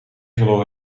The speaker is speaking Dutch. verloor